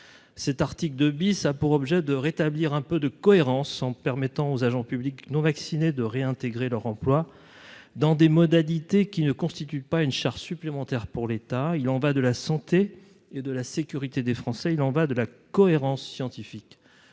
cet article 2 bis, a pour objet de rétablir un peu de cohérence en permettant aux agents publics non vaccinés de réintégrer leur emploi dans des modalités qui ne constitue pas une charge supplémentaire pour l'État, il en va de la santé et de la sécurité des Français, il en va de la cohérence scientifique,